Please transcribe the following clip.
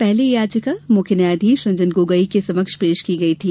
पहले यह याचिका मुख्य न्यायाधीश रंजन गोगोई के समक्ष पेश की गई थी